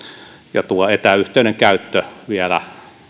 ja tuo etäyhteyden käyttö vielä